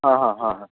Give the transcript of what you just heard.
आ ह आह